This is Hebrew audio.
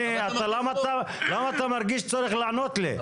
למה אתה מרגיש צורך לענות לי?